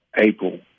April